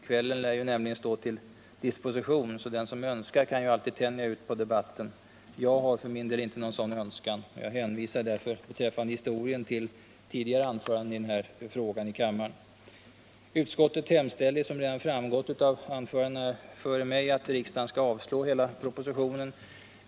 Kvällen lär nämligen stå till disposition, så den som önskar kan ju tänja ut debatten. Jag har för min del inte någon sådan önskan. Jag hänvisar därför beträffande historien till tidigare anföranden i kammaren i den här frågan. Utskottet hemställer, som redan framgått av de tidigare anförandena, att riksdagen avslår hela propositionen.